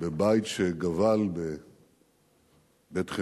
בבית שגבל ב"בית-חינוך",